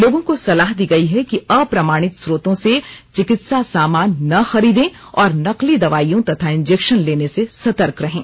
लोगों को सलाह दी गई है कि अप्रमाणित स्रोतों से चिकित्सा सामान न खरीदें और नकली दवाइयों तथा इंजेक्शन लेने से सतर्क रहें